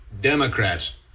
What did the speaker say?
Democrats